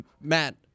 Matt